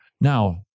Now